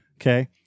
Okay